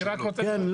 כן,